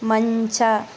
ಮಂಚ